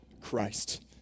Christ